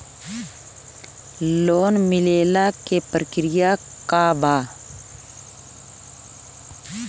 Loan मिलेला के प्रक्रिया का बा?